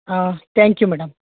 ಹಾಂ thank you madam